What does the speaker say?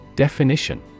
Definition